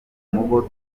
mubo